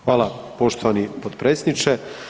Hvala poštovani potpredsjedniče.